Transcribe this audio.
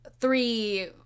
three